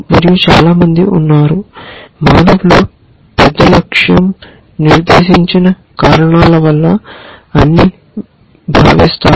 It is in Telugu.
మరియు చాలా మంది ఉన్నారు మానవులు పెద్ద లక్ష్యం నిర్దేశించిన కారణాల వల్ల అని భావిస్తారు